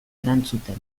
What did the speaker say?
erantzuten